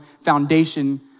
foundation